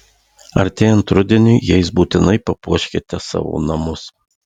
artėjant rudeniui jais būtinai papuoškite savo namus